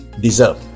deserve